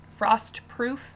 Frostproof